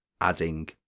adding